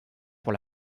pour